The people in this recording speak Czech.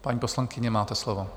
Paní poslankyně, máte slovo.